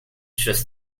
just